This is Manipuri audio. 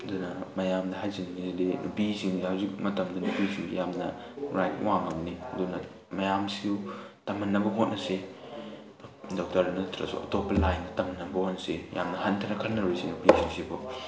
ꯑꯗꯨꯅ ꯃꯌꯥꯝꯗ ꯍꯥꯏꯖꯅꯤꯡꯉꯤꯁꯤꯗꯤ ꯅꯨꯄꯤꯁꯤꯡꯗ ꯍꯧꯖꯤꯛ ꯃꯇꯝꯒꯤ ꯅꯨꯄꯤꯁꯤꯡꯁꯤ ꯌꯥꯝꯅ ꯔꯥꯏꯠ ꯋꯥꯡꯉꯕꯅꯤ ꯑꯗꯨꯅ ꯃꯌꯥꯝꯁꯨ ꯇꯝꯍꯟꯅꯕ ꯍꯣꯠꯅꯁꯤ ꯗꯣꯛꯇꯔ ꯅꯠꯇ꯭ꯔꯁꯨ ꯑꯇꯣꯞꯄ ꯂꯥꯏꯟ ꯇꯝꯅꯕ ꯍꯣꯠꯅꯁꯤ ꯌꯥꯝꯅ ꯍꯟꯊꯅ ꯈꯟꯅꯔꯣꯏꯁꯤ ꯅꯨꯄꯤꯁꯤꯡꯁꯤꯕꯨ